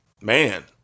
man